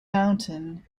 mountain